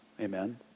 Amen